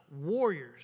Warriors